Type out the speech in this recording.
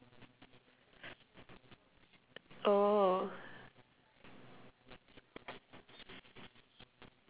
oh